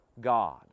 God